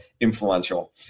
influential